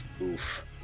Oof